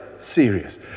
serious